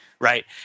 right